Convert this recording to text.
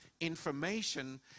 information